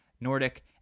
Nordic